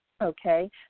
Okay